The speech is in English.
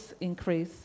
increase